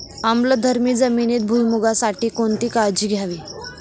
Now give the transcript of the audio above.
आम्लधर्मी जमिनीत भुईमूगासाठी कोणती काळजी घ्यावी?